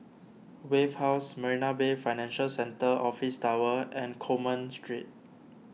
Wave House Marina Bay Financial Centre Office Tower and Coleman Street